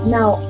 Now